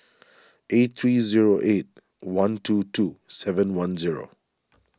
eight three zero eight one two two seven one zero